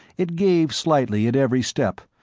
it gave slightly at every step,